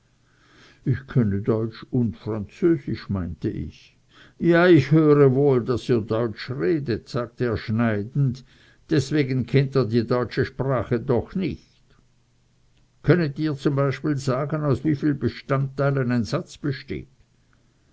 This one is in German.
ich könne deutsch und französisch meinte ich ja ich höre wohl daß ihr deutsch redet sagte er schneidend deswegen kennt ihr die deutsche sprache doch nicht könnet ihr z b sagen aus wie vielen bestandteilen ein satz besteht